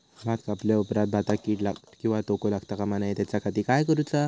भात कापल्या ऑप्रात भाताक कीड किंवा तोको लगता काम नाय त्याच्या खाती काय करुचा?